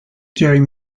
during